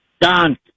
Don